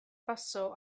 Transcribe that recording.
passò